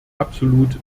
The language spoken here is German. absolut